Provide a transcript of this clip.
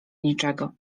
niczego